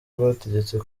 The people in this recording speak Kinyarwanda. rwategetse